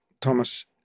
Thomas